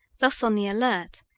thus on the alert,